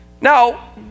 Now